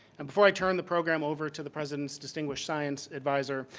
and before i turn the program over to the president's distinguished science advisor,